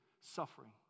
suffering